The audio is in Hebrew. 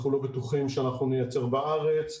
אנחנו לא בטוחים שאנחנו נייצר בארץ,